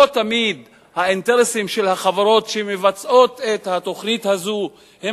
לא תמיד האינטרסים של החברות שמבצעות את התוכנית הזאת הם